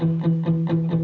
the